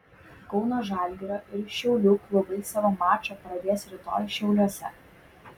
kauno žalgirio ir šiaulių klubai savo mačą pradės rytoj šiauliuose